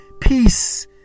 peace